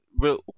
real